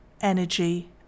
energy